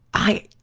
i,